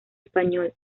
español